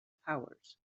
powers